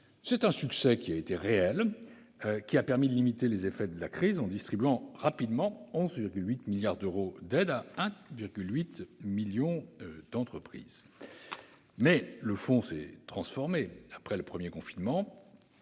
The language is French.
l'État. Son succès a été réel et a permis de limiter les effets de la crise, en distribuant rapidement 11,8 milliards d'euros d'aides à 1,8 million d'entreprises. Le fonds s'est transformé après le premier confinement